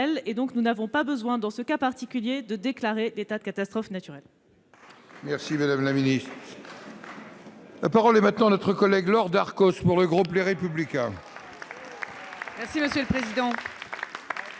grêle. Nous n'avons donc pas besoin, dans ce cas particulier, de déclarer l'état de catastrophe naturelle.